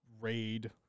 raid